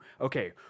Okay